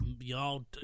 y'all